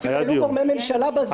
אפילו היו גורמי ממשלה ב"זום".